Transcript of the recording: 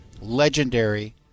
Legendary